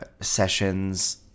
sessions